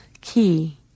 key